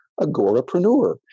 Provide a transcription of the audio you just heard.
agorapreneur